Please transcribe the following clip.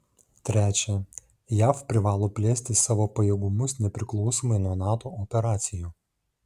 trečia jav privalo plėsti savo pajėgumus nepriklausomai nuo nato operacijų